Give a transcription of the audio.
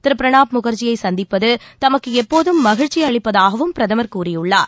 திரு பிரணாப் முகர்ஜியை சந்திப்பது தமக்கு எப்போதும் மகிழ்ச்சி அளிப்பதாகவும் பிரதமர் கூறியுள்ளார்